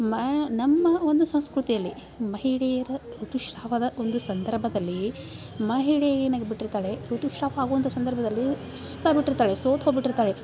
ಮಾ ನಮ್ಮ ಒಂದು ಸಂಸ್ಕೃತಿಯಲ್ಲಿ ಮಹಿಳೆಯರ ಋತುಸ್ರಾವದ ಒಂದು ಸಂದರ್ಭದಲ್ಲೀ ಮಹಿಳೆ ಏನಾಗಿ ಬಿಟ್ಟಿರ್ತಾಳೆ ಋತುಸ್ರಾವ ಆಗುವಂಥ ಸಂದರ್ಭದಲ್ಲಿ ಸುಸ್ತಾಗಿಬಿಟ್ಟಿರ್ತಾಳೆ ಸೋತೋಗಿಬಿಟ್ಟಿರ್ತಾಳೆ